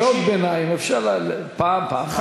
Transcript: קריאות ביניים אפשר פעם, פעמיים.